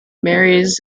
marys